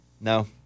No